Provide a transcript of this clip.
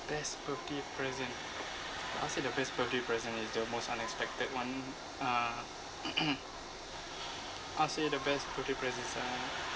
best birthday present I'll say the best birthday present is the most unexpected one uh I'll say the best birthday present is uh